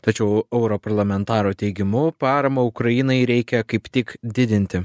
tačiau europarlamentaro teigimu paramą ukrainai reikia kaip tik didinti